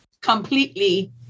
completely